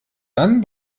dann